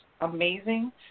amazing